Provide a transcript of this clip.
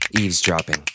eavesdropping